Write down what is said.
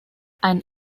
ein